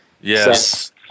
Yes